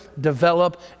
develop